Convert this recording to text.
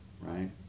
right